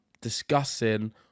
discussing